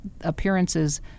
appearances